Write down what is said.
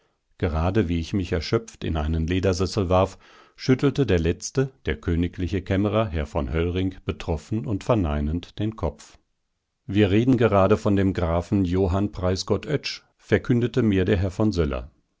gerade wie ich mich erschöpft in einen ledersessel warf schüttelte der letzte der königliche kämmerer herr von höllring betroffen und verneinend den kopf wir reden gerade von dem grafen johann preisgott oetsch verkündete mir der herr von söller